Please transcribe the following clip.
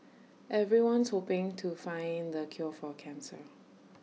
everyone's hoping to find the cure for cancer